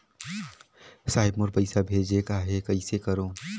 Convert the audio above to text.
साहेब मोर पइसा भेजेक आहे, कइसे करो?